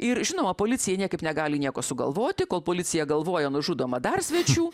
ir žinoma policija niekaip negali nieko sugalvoti kol policija galvoja nužudoma dar svečių